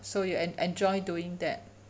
so you en~ enjoy doing that